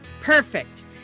Perfect